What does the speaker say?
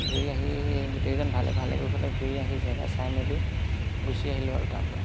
ঘূৰি আহি গোটেইকেইজন ভালে ভাল কুশলে ঘূৰি আহি জেগা চাই মেলিও গুচি আহিলোঁ আৰু তাৰ পৰা